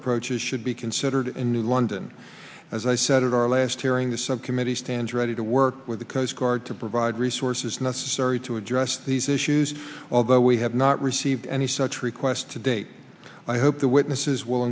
approaches should be considered in new london as i said at our last hearing the subcommittee stands ready to work with the coast guard to provide resources necessary to address these issues although we have not received any such requests to date i hope the witnesses will